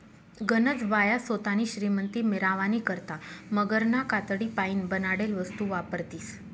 गनज बाया सोतानी श्रीमंती मिरावानी करता मगरना कातडीपाईन बनाडेल वस्तू वापरतीस